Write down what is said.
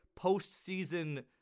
postseason